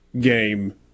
game